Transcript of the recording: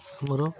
ଆମର